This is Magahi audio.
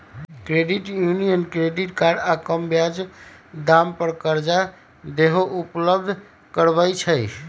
क्रेडिट यूनियन क्रेडिट कार्ड आऽ कम ब्याज दाम पर करजा देहो उपलब्ध करबइ छइ